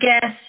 guess